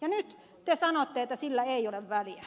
nyt te sanotte että sillä ei ole väliä